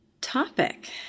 topic